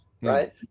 right